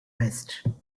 west